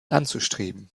anzustreben